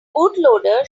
bootloader